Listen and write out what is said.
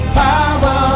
power